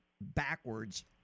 backwards